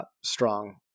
strong